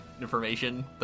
information